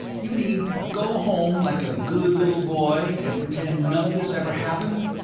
you mean, go home like a good little boy, and pretend none of this ever happened?